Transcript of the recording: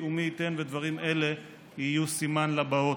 טובי, ומי ייתן ודברים אלו יהיו סימן לבאות.